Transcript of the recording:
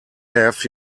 have